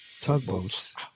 Tugboats